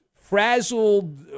frazzled